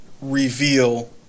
reveal